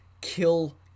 kill